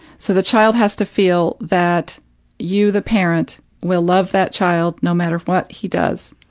so the child has to feel that you the parent will love that child no matter what he does.